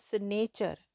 nature